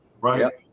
Right